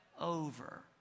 over